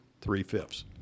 three-fifths